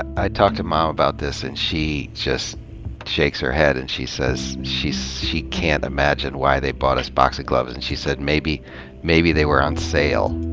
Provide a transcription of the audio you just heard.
i ta lked to mom about this and she just shakes her head and she says, she so she can't imagine why they bought us boxing gloves. and she said maybe maybe they were on sale,